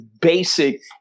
basic